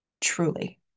truly